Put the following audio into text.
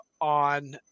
on